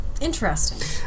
Interesting